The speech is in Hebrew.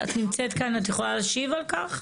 את נמצאת כאן, את יכולה להשיב על כך?